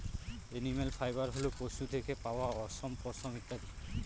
animal fibre হল পশু থেকে পাওয়া অশম, পশম ইত্যাদি